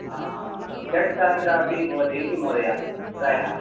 षट्सहस्रम् अपि भवति इति महोदय प्रायः